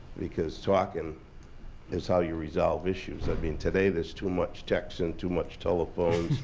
because talking is how you resolve issues. i mean, today there's too much text and too much telephone,